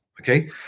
Okay